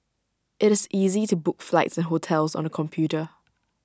IT is easy to book flights and hotels on the computer